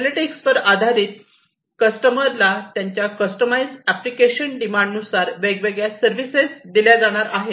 analytics वर आधारित कस्टमरला त्यांच्या कस्टमाईस ऍप्लिकेशन डिमांड नुसार वेगवेगळ्या सर्विसेस दिल्या जाणार आहेत